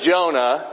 Jonah